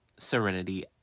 Serenity